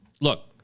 look